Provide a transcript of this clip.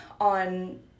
on